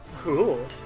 Cool